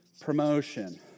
promotion